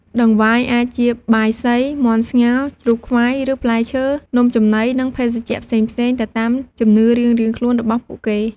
តង្វាយអាចជាបាយសី មាន់ស្ងោរ ជ្រូកខ្វៃ ឬផ្លែឈើ នំចំណី និងភេសជ្ជៈផ្សេងៗទៅតាមជំនឿរៀងៗខ្លួនរបស់ពួកគេ។